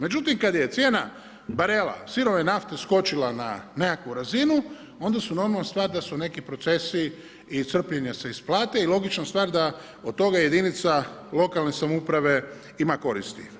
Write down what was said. Međutim kada je cijena barela sirove nafte skočila na nekakvu razinu onda su normalna stvar da su neki procesi i crpljenja se isplate i logična stvar da od toga jedinica lokalne samouprave ima koristi.